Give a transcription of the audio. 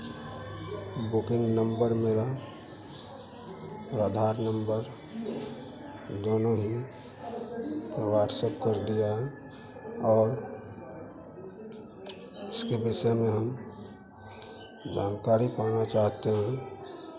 booking number मेरा और Aadhaar number दोनो ही व्हाटसप कर दिया है और उसके विषय में हम जानकारी पाना चाहते हैं